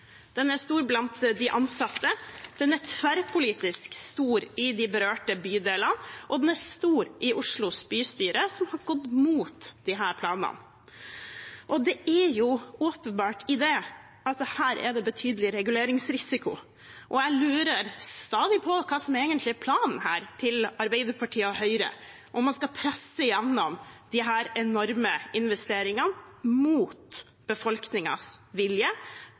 i de berørte bydelene, og den er stor i Oslo bystyre, som har gått imot disse planene. Det er åpenbart at her er det betydelig reguleringsrisiko, og jeg lurer stadig på hva som egentlig er planen til Arbeiderpartiet og Høyre, om man skal presse gjennom disse enorme investeringene mot befolkningens vilje